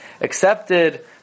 accepted